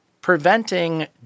preventing